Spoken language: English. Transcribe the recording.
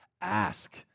Ask